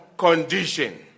Condition